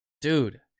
dude